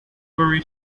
bury